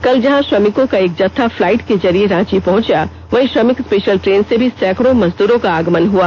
कल जहां श्रमिकों का एक जत्था फलाईट के जरिये रांची पहंचा वहीं श्रमिक स्पेषल ट्रेन से भी सैकडों मजदरों का आगमन हुआ